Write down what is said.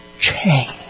change